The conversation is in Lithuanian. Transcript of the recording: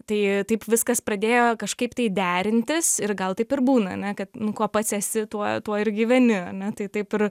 tai taip viskas pradėjo kažkaip tai derintis ir gal taip ir būna ane kad kuo pats esi tuo tuo ir gyveni ane tai taip ir